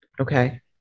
Okay